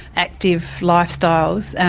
active lifestyles, and